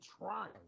trying